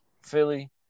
Philly